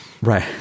right